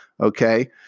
Okay